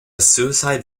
suicide